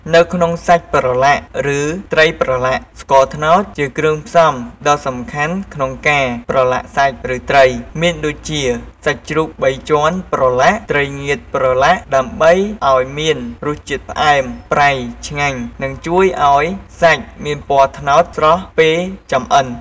នៅក្នុងសាច់ប្រឡាក់ឬត្រីប្រឡាក់ ស្ករត្នោតជាគ្រឿងផ្សំដ៏សំខាន់ក្នុងការប្រឡាក់សាច់ ឬត្រី មានដូចជា សាច់ជ្រូកបីជាន់ប្រឡាក់ ត្រីងៀតប្រឡាក់ ដើម្បីឱ្យមានរសជាតិផ្អែម ប្រៃ ឆ្ងាញ់ និងជួយឱ្យសាច់មានពណ៌ត្នោតស្រស់ពេលចម្អិន។